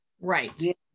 Right